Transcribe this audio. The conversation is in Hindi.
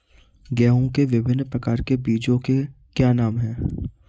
गेहूँ के विभिन्न प्रकार के बीजों के क्या नाम हैं?